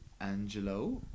Angelo